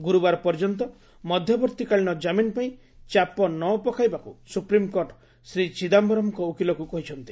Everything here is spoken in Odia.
ଗୁରୁବାର ପର୍ଯ୍ୟନ୍ତ ମଧ୍ୟବର୍ତ୍ତୀକାଳୀନ ଜାମିନ୍ ପାଇଁ ଚାପ ନ ପକାଇବାକୁ ସୁପ୍ରିମ୍କୋର୍ଟ ଶ୍ରୀ ଚିଦାୟରମ୍ଙ୍କ ଓକିଲକୁ କହିଛନ୍ତି